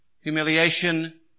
humiliation